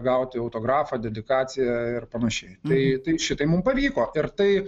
gauti autografą dedikaciją ir panašiai tai tai šitai mum pavyko ir tai